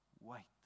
wait